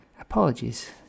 Apologies